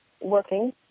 working